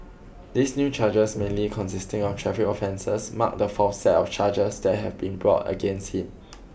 these new charges mainly consisting of traffic offences mark the fourth set of charges that have been brought against him